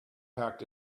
packed